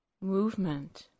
movement